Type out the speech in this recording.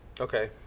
Okay